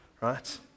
right